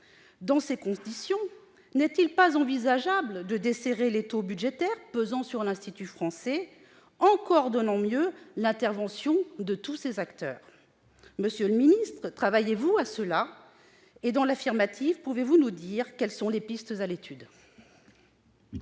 Dans ces conditions, n'est-il pas envisageable de desserrer l'étau budgétaire appliqué à l'Institut français en coordonnant mieux l'intervention de tous ces acteurs ? Monsieur le secrétaire d'État, y travaillez-vous ? Dans l'affirmative, pouvez-vous nous dire quelles sont les pistes à l'étude ?